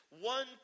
one